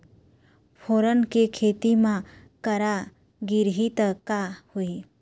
फोरन के खेती म करा गिरही त का होही?